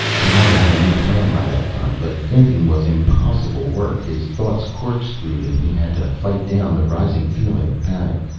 he had to have a new plan by that time, but thinking was impossible work. his thoughts corkscrewed and he had to fight down the rising feeling of panic.